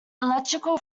electoral